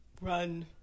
run